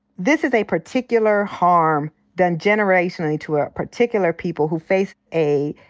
this is a particular harm done generationally to a particular people who face a